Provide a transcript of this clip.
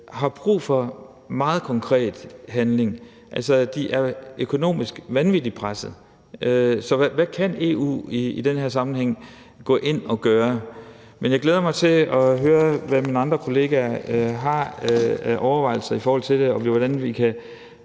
har brug for meget konkret handling. De er vanvittig pressede økonomisk. Så hvad kan EU i den her sammenhæng gå ind og gøre? Jeg glæder mig til at høre, hvad mine andre kollegaer har af overvejelser i forhold til det, altså hvordan vi